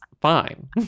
fine